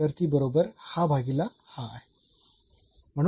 तर ती बरोबर हा भागीले हा आहे